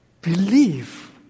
Believe